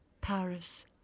Paris